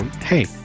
hey